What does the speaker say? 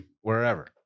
wherever